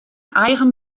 eigen